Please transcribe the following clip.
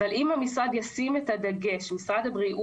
אבל אם משרד הבריאות ישים את הדגש מבחינת